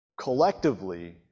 Collectively